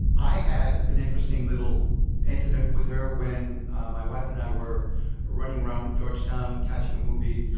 i had an interesting little incident with her when my wife and i were running around georgetown catching a movie.